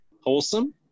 wholesome